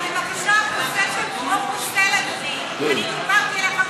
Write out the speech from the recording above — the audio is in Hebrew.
אבל אני דיברתי אל השר.